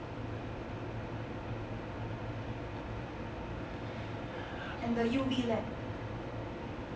and the U_V lamp